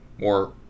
more